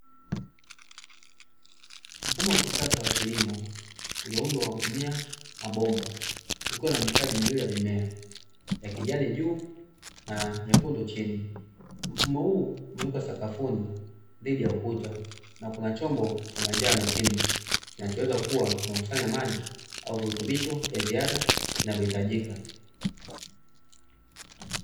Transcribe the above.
Mfumo wa kisasa wa kilimo ulioundwa kwa kutumia mabomba ukiwa na mistari miwili ya mimea ya kijani juu na nyekundu chini. Mfumo huu umewekwa sakafuni dhidi ya ukuta na kuna chombo cha manjano chini, kinachoweza kuwa kinakusanya maji na virutubisho vya ziada vinavyohitajika.